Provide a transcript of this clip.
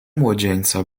młodzieńca